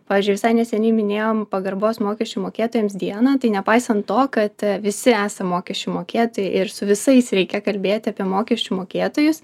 pavyzdžiui visai neseniai minėjom pagarbos mokesčių mokėtojams dieną tai nepaisant to kad visi esam mokesčių mokėtojai ir su visais reikia kalbėti apie mokesčių mokėtojus